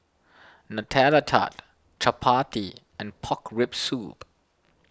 Nutella Tart Chappati and Pork Rib Soup